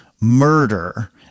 murder